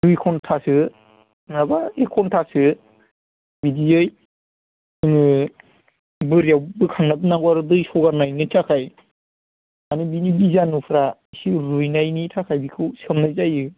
दुइ घन्टासो नङाब्ला एक घन्टासो बिदियै जोङो बोरिआव बोखांना दोननांगौ आरो दै सगारनायनि थाखाय आरो बिनि बिजानुफ्रा एसे रुयनायनि थाखाय बिखौ सोमनाय जायो